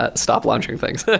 ah stop launching things.